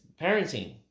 parenting